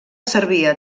servia